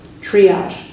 Triage